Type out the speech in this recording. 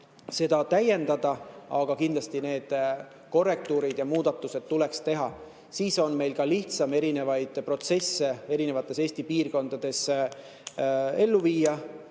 korral täiendada. Aga kindlasti need korrektuurid ja muudatused tuleks teha. Siis on meil ka lihtsam erinevaid protsesse Eesti eri piirkondades ellu viia,